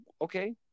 Okay